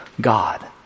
God